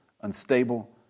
unstable